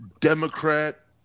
Democrat